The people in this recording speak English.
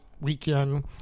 weekend